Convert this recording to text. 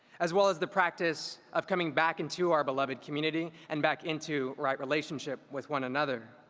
as well as the practice of coming back into our beloved community and back into right relationship with one another.